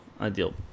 ideal